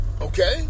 Okay